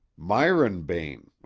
myron bayne,